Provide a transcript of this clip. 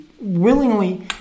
willingly